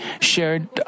shared